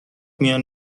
میان